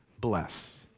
bless